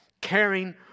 caring